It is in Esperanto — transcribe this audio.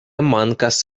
mankas